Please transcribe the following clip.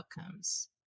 outcomes